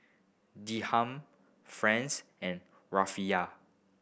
Dirham Franc and Rufiyaa